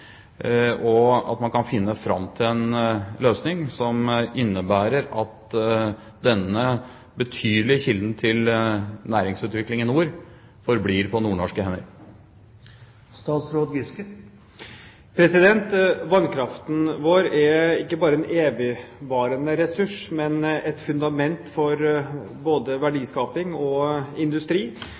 og at man kan finne fram til en løsning som innebærer at denne betydelige kilden til næringsutvikling i nord forblir på nordnorske hender. Vannkraften vår er ikke bare en evigvarende ressurs, men et fundament for både verdiskaping og industri.